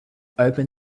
open